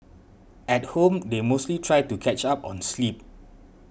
at home they mostly try to catch up on sleep